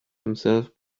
himself